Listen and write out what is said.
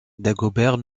dagobert